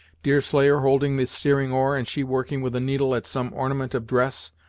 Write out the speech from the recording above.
deerslayer holding the steering-oar, and she working with a needle at some ornament of dress,